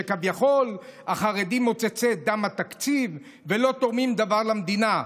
שכביכול החרדים הם מוצצי דם התקציב ולא תורמים דבר למדינה,